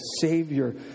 Savior